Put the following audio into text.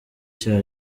cya